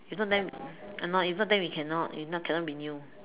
if not then I know if not then we cannot if not cannot renew